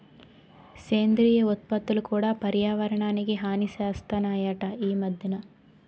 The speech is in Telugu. సేంద్రియ ఉత్పత్తులు కూడా పర్యావరణానికి హాని సేస్తనాయట ఈ మద్దెన